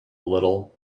little